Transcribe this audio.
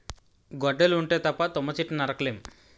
గొడ్డలి ఉంటే తప్ప తుమ్మ చెట్టు నరక లేము